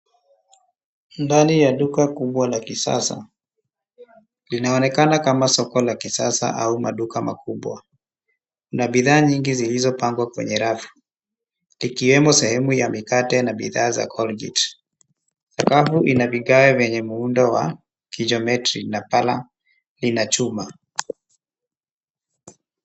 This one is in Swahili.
Ndani ya duka kubwa la kisasa linaonekana kama soko la kisasa au maduka makubwa na bidhaa nyingi zilizo pangwa kwenye rafu ikiwemo sehemu y a mikate na bidhaa za [cs ] colgate[cs ]. Sakafu ina vigae vyeme muundo wa [cs ] kigeometri na pala lina chuma